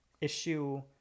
issue